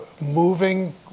moving